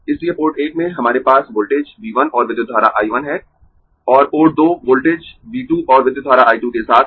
इसलिए पोर्ट 1 में हमारे पास वोल्टेज V 1 और विद्युत धारा I 1 है और पोर्ट 2 वोल्टेज V 2 और विद्युत धारा I 2 के साथ है